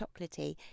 chocolatey